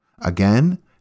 Again